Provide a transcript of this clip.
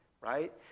right